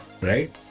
right